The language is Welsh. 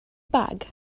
bag